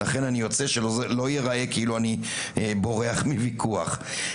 שזה לא ייראה כאילו אני בורח מוויכוח.